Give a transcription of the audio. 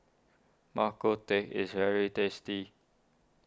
Bak Kut Teh is very tasty